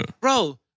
Bro